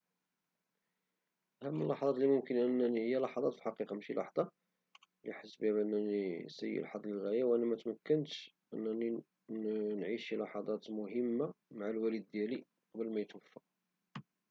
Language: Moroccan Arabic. أهم اللحظات هي لحظات الحقيقة لي نحس فيها أنني سيء الحظ للغاية هي أنني متمكنتش نعيش شي لحظات مهمة مع الوالد ديالي قبل ميتوفلى